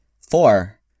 Four